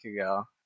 ago